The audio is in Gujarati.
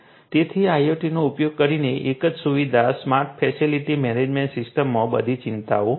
તેથી IoT નો ઉપયોગ કરીને એક જ સુવિધા સ્માર્ટ ફેસિલિટી મેનેજમેન્ટ સિસ્ટમમાં બધી ચિંતાઓ છે